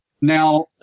Now